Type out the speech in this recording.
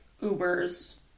Uber's